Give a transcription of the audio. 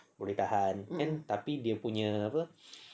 boleh tahan kan tapi dia punya